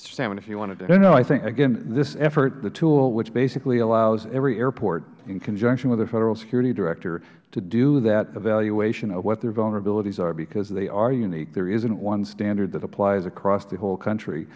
sammon if you wanted toh mister sammon no no i thinkh again this efforth the tool which basically allows every airport in conjunction with the federal security director to do that evaluation of what their vulnerabilities are because they are unique there isn't one standard that applies across the whole country